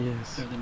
yes